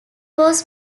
was